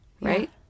right